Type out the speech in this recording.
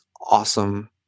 awesome